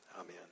amen